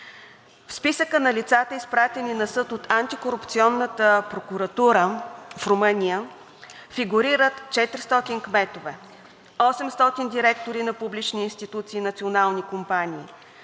Списъкът на лицата, изпратени на съд от антикорупционната прокуратура в Румъния – фигурират 400 кметове, 800 директори на публични институции и национални компании,